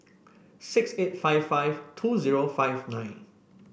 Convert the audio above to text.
six eight five five two zero five nine